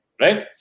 right